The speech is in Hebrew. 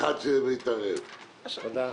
הכנסת לא גזרה על עצמה קיצוץ בתקציב,